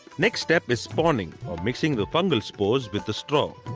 next step is spawning or mixing the fungal spores with the straw.